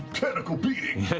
tentacle beating!